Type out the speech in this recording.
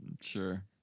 Sure